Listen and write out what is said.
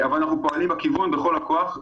אבל אנחנו פועלים בכיוון בכל כוח.